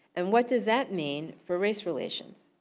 and what does that mean for race relations?